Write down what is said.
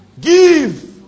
Give